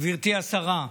גברתי השרה,